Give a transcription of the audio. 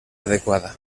adecuada